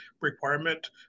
requirement